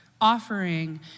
offering